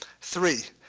three,